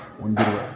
ಹೊಂದಿರುವ